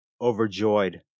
Overjoyed